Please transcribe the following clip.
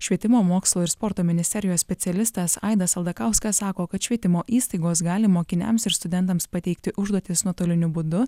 švietimo mokslo ir sporto ministerijos specialistas aidas aldakauskas sako kad švietimo įstaigos gali mokiniams ir studentams pateikti užduotis nuotoliniu būdu